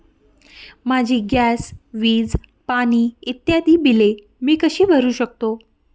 माझी गॅस, वीज, पाणी इत्यादि बिले मी कशी भरु शकतो?